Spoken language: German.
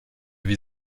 wie